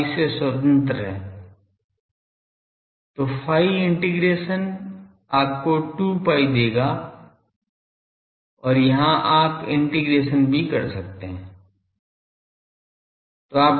तो phi integration आपको 2 pi देगा और यहां आप इंटीग्रेशन भी कर सकते हैं